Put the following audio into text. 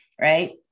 right